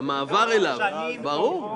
ברור,